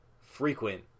frequent